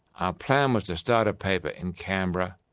our plan was to start a paper in canberra,